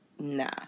nah